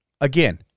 again